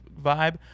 vibe